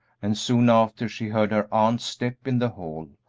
and soon after she heard her aunt's step in the hall,